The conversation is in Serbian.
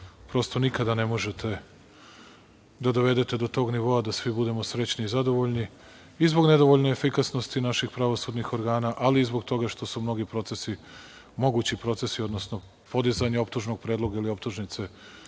prosto nikada ne možete da dovedete do tog nivoa da svi budemo srećni i zadovoljni i zbog nedovoljno efikasnosti naših pravosudnih organa, ali i zbog toga što su mnogi procesi, mogući procesi, odnosno podizanje optužnog predloga ili optužnice,